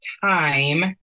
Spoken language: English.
time